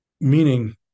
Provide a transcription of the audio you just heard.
Meaning